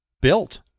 built